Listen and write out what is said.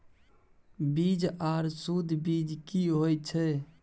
बीज आर सुध बीज की होय छै?